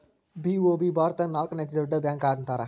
BOB ಭಾರತದಾಗ ನಾಲ್ಕನೇ ಅತೇ ದೊಡ್ಡ ಬ್ಯಾಂಕ ಅಂತಾರ